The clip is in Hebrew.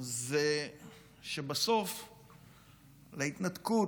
זה שבסוף להתנתקות,